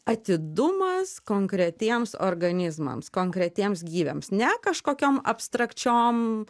atidumas konkretiems organizmams konkretiems gyviams ne kažkokiom abstrakčiom